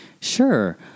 Sure